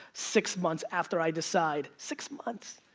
six months, after i decide. six months.